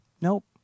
nope